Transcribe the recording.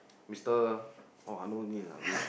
mister !wah! no name ah